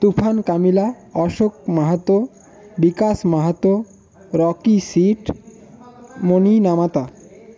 তুফান Kamila Ashok Mahato Bikash Mahato Rocky সিট মণি নামাতা